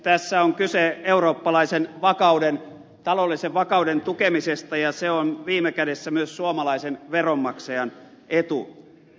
tässä on kyse eurooppalaisen taloudellisen vakauden tukemisesta ja se on viime kädessä myös suomalaisen veronmaksajan etu